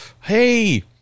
hey